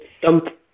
dump